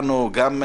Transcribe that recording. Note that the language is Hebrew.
לתוקף.